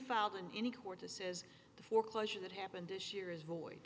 and any court to says the foreclosure that happened this year is voi